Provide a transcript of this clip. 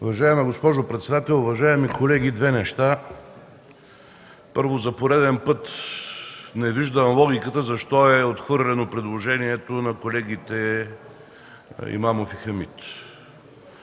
Уважаема госпожо председател, уважаеми колеги! Две неща. Първо, за пореден път не виждам логиката: защо е отхвърлено предложението на колегите Имамов и Хамид,